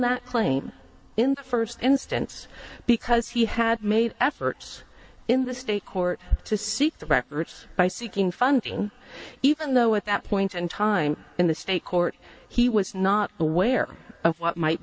the first instance because he had made efforts in the state court to seek the records by seeking funding even though at that point in time in the state court he was not aware of what might